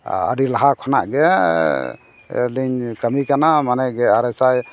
ᱟᱹᱰᱤ ᱞᱟᱦᱟ ᱠᱷᱚᱱᱟᱜ ᱜᱮᱻᱞᱤᱧ ᱠᱟᱹᱢᱤ ᱠᱟᱱᱟ ᱢᱟᱱᱮ ᱜᱮ ᱟᱨᱮ ᱥᱟᱭ